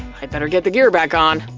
i'd better get the gear back on.